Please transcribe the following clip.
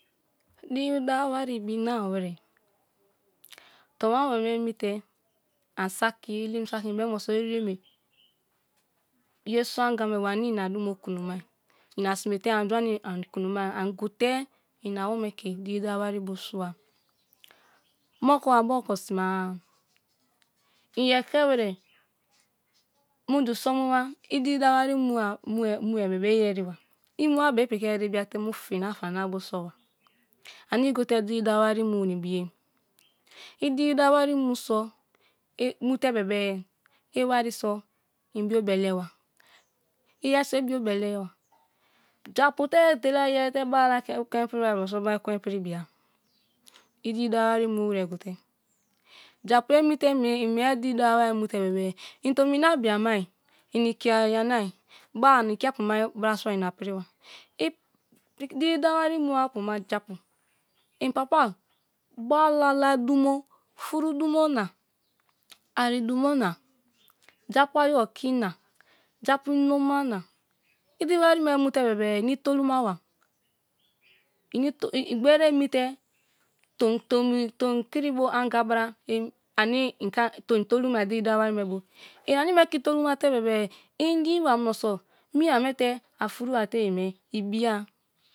Diri dawa wasi ibi nam wite towa awa me enite an saki elem suki ibem muno so ereme ye so anga me bu ane ina dumo kunomai ina sime te anju ane ani kuno mai an suai moku an bai oko sime a in ye eke wire muju so mu ma idiri dawa wari mue be iyeriba, imua bu soba ani gote din fina fana bu soba ani gote diri dawa wari mu na ibiye idin dawa wari mu so i mu te bebe i wari so in bio bele ba iyeri so ibiobele ba japu te etela iyeri te bra lai ke ekwei ipri baibo go bar ekwue ipiribia idiri dawa wari mu wite gote japu emi te imie diri dawa wari mute be be in tomi na bia mai inikia yanai ba ani ikiapuma bra gua in piriba diri dawa wari mua apu ma japu inpapa bra lala dumo furo dumo na ari dumo na japu ayi okina japu imo ma idiri wari me mu te bebe ini toluma wa ini gbere emite tom kiri bu anga bra tomi tolumai diri dawa wari me bu i ane me ke itolu mate bebe inimi ba muno so minja me te afuru wa te ye me ibia.